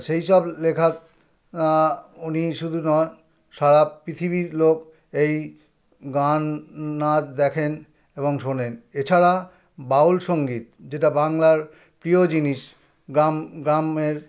সেই সব লেখা উনিই শুধু নয় সারা পৃথিবীর লোক এই গান নাচ দেখেন এবং শোনেন এছাড়া বাউল সঙ্গীত যেটা বাংলার প্রিয় জিনিস গ্রামের